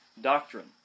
doctrine